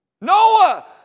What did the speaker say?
Noah